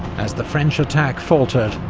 as the french attack faltered,